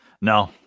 no